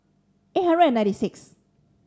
eight hundred and ninety sixth